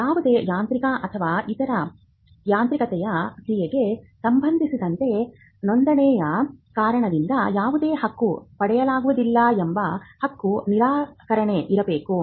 ಯಾವುದೇ ಯಾಂತ್ರಿಕ ಅಥವಾ ಇತರ ಯಾಂತ್ರಿಕತೆಯ ಕ್ರಿಯೆಗೆ ಸಂಬಂಧಿಸಿದಂತೆ ನೋಂದಣಿಯ ಕಾರಣದಿಂದ ಯಾವುದೇ ಹಕ್ಕು ಪಡೆಯಲಾಗುವುದಿಲ್ಲ ಎಂಬ ಹಕ್ಕು ನಿರಾಕರಣೆ ಇರಬೇಕು